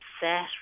upset